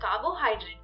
carbohydrates